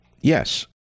Yes